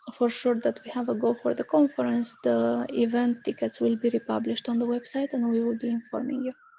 for sure that we have a go for the conference, the event tickets will be republished on the website. and we will be informing you.